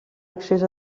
accés